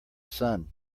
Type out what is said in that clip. sun